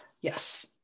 Yes